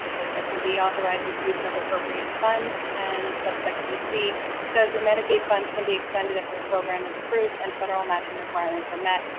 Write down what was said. subsection b authorizes use of appropriated funds and subsection c says the medicaid funds can be expended if the program is approved and federal matching requirements are met,